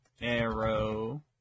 Arrow